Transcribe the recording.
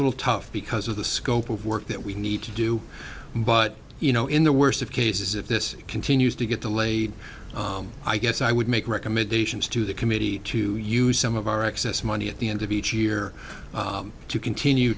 little tough because of the scope of work that we need to do but you know in the worst of cases if this continues to get delayed i guess i would make recommendations to the committee to use some of our excess money at the end of each year to continue